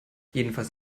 jedenfalls